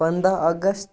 پَنٛداہ اَگَست